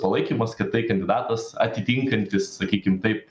palaikymas kad tai kandidatas atitinkantis sakykim taip